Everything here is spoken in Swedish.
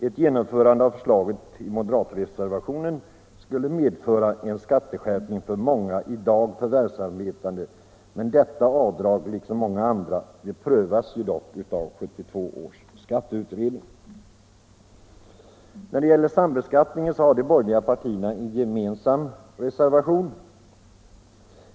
Ett genomförande av förslaget i moderatreservationen skulle medföra en skatteskärpning för många i dag förvärvsarbetande. Detta avdrag prövas ju dock av 1972 års skatteutredning. När det gäller den faktiska sambeskattningen har de borgerliga partierna en gemensam reservation.